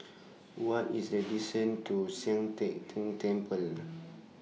What IS The distance to Sian Teck Tng Temple